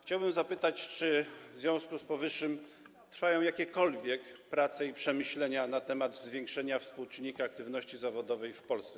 Chciałbym zapytać, czy w związku z powyższym trwają jakiekolwiek prace i czy są jakieś przemyślenia na temat zwiększenia współczynnika aktywności zawodowej w Polsce.